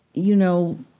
you know,